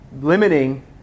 limiting –